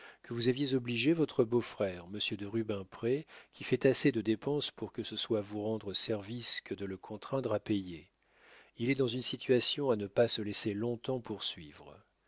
que vous aviez obligé votre beau-frère monsieur de rubempré qui fait assez de dépenses pour que ce soit vous rendre service que de le contraindre à payer il est dans une situation à ne pas se laisser long-temps poursuivre